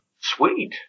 sweet